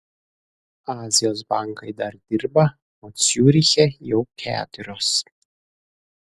azijos bankai dar dirba o ciuriche jau keturios